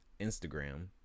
Instagram